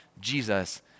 Jesus